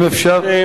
אם אפשר,